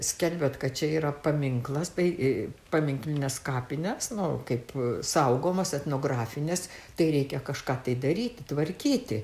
skelbiat kad čia yra paminklas tai paminklinės kapinės nu kaip saugomos etnografinės tai reikia kažką tai daryti tvarkyti